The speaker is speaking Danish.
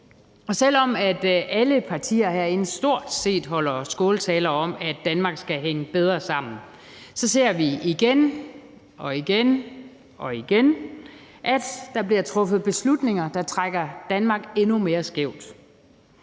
set alle partier herinde holder skåltaler om, at Danmark skal hænge bedre sammen, så ser vi igen og igen, at der bliver truffet beslutninger, der trækker Danmark endnu mere skævt.